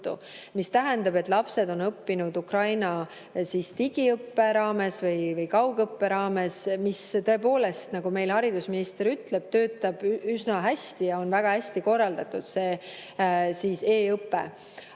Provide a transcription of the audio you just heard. See tähendab, et lapsed on õppinud Ukraina digiõppe raames või kaugõppe raames, mis tõepoolest, nagu haridusminister meile ütles, töötab üsna hästi ja on väga hästi korraldatud, see e-õpe.